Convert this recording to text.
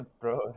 Bro